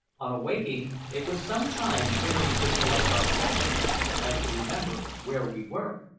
on awaking, it was some time ere we could collect our faculties so as to remember where we were,